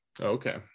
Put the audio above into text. Okay